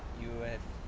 you have